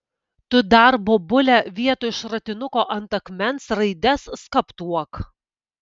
tu dar bobule vietoj šratinuko ant akmens raides skaptuok